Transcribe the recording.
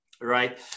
right